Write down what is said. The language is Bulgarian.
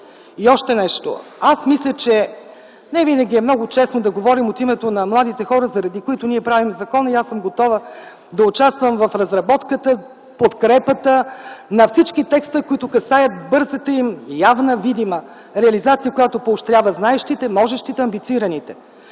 И още нещо. Аз мисля, че невинаги е много честно да говорим от името на младите хора, заради които ние правим закон. Аз съм готова да участвам в разработката, в подкрепата на всички текстове, които касаят бързата им, явна, видима реализация, която поощрява знаещите, можещите, амбицираните.